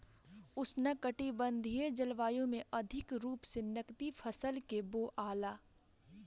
उष्णकटिबंधीय जलवायु में अधिका रूप से नकदी फसल के बोआला